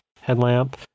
headlamp